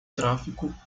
tráfico